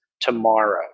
tomorrow